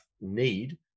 need